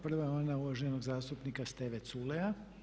Prva je ona uvaženog zastupnika Steve Culeja.